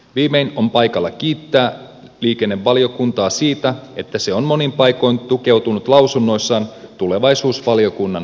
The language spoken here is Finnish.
viimein on paikalla kiittää liikennevaliokuntaa siitä että se on monin paikoin tukeutunut lausunnoissaan tulevaisuusvaliokunnan